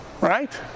Right